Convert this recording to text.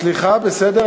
סליחה, בסדר.